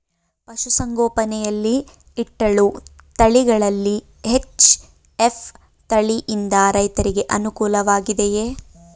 ಪಶು ಸಂಗೋಪನೆ ಯಲ್ಲಿ ಇಟ್ಟಳು ತಳಿಗಳಲ್ಲಿ ಎಚ್.ಎಫ್ ತಳಿ ಯಿಂದ ರೈತರಿಗೆ ಅನುಕೂಲ ವಾಗಿದೆಯೇ?